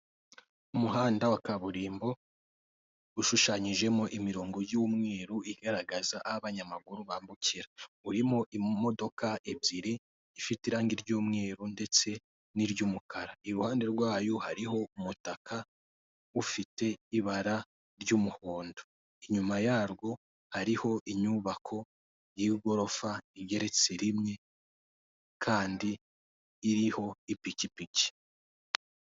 Umuhanda wa kaburimbo, ushushanyijemo imirongo y'umweru igaragaza aho abanyamaguru bambukira, urimo imodoka ebyiri; ifite irangi ry'umweru, ndetse n'iry'umukara, iruhande rwayo hariho umutaka ufite ibara ry'umuhondo, inyuma yarwo hariho inyubako y'igorofa igeretse rimwe, kandi iriho ipikipiki.